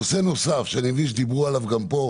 נושא נוסף, שאני מבין שדיברו עליו גם פה,